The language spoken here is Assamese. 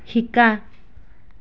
শিকা